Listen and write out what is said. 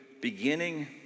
beginning